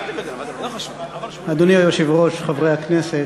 אדוני היושב-ראש, חברי הכנסת,